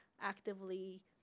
actively